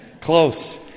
close